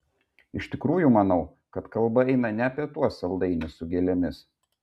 iš tikrųjų manau kad kalba eina ne apie tuos saldainius su gėlėmis